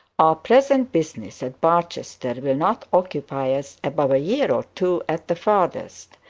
our present business at barchester will not occupy us above a year or two at the furthest,